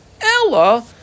Ella